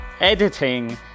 editing